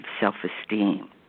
self-esteem